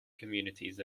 communities